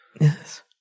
Yes